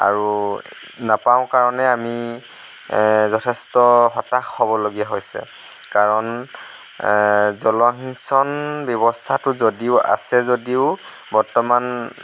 আৰু নাপাওঁ কাৰণে আমি যথেষ্ট হতাশ হ'বলগীয়া হৈছে কাৰণ জলসিঞ্চন ব্যৱস্থাটো যদিও আছে যদিও বৰ্তমান